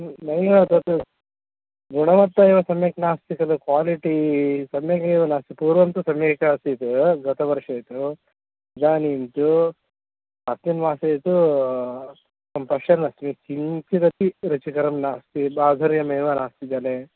नैव तत् गुणवत्ता एव सम्यक् नास्ति खलु क्वालिटी सम्यगेव नास्ति पूर्वं तु सम्यक् आसीत् गतवर्षे तु इदानीं तु अस्मिन् मासे तु अहं पश्यन्नस्मि किञ्चिदपि रुचिकरं नास्ति बाधर्यमेव नास्ति जले